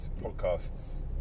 podcasts